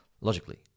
logically